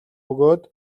бөгөөд